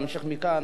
להמשיך מכאן,